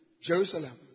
Jerusalem